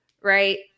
right